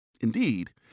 Indeed